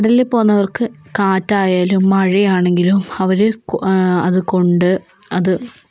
കടലിൽ പോകുന്നവര് കാറ്റായാലും മഴയാണെങ്കിലും അവര് അത് കൊണ്ട് അത്